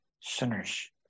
sinners